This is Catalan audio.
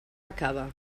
acaba